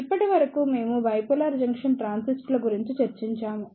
ఇప్పటి వరకు మేము బైపోలార్ జంక్షన్ ట్రాన్సిస్టర్ల గురించి చర్చించాము